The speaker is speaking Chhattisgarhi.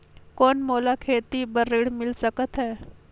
कौन मोला खेती बर ऋण मिल सकत है?